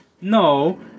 No